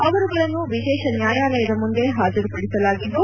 ಅವರುಗಳನ್ನು ವಿಶೇಷ ನ್ಯಾಯಾಲಯದ ಮುಂದೆ ಹಾಜರುಪಡಿಸಲಾಗಿದ್ದು